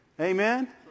Amen